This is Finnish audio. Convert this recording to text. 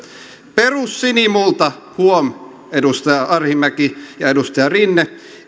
perussinimulta huom edustaja arhinmäki ja edustaja rinne